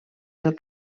del